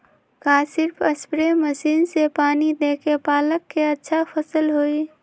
का सिर्फ spray machine से पानी देके पालक के अच्छा फसल होई?